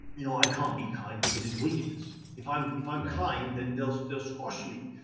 you know i can't be kind because it's weakness. if i'm if i'm kind, then they'll so they'll squash me.